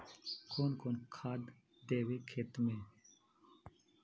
कौन कौन खाद देवे खेत में?